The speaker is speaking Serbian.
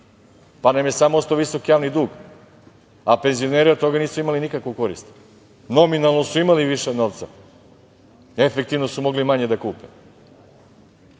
pa nam je samo ostao visoki javni dug, a penzioneri od toga nisu imali nikakvu korist. Nominalno su imali više novca, efektivno su mogli manje da kupe